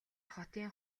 хотын